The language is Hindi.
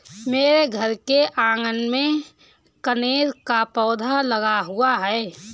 मेरे घर के आँगन में कनेर का पौधा लगा हुआ है